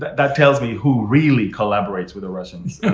that tells me who really collaborates with the russians,